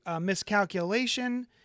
miscalculation